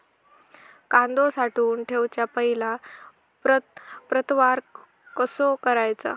कांदो साठवून ठेवुच्या पहिला प्रतवार कसो करायचा?